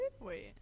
wait